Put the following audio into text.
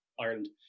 Ireland